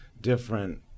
different